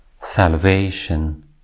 salvation